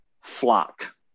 flock